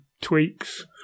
tweaks